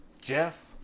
Jeff